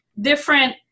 different